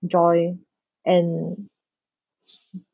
enjoy and